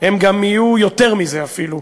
הם גם יהיו יותר מזה אפילו.